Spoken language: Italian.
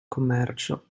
commercio